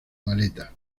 maleta